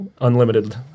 unlimited